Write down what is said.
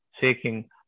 seeking